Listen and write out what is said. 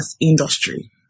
industry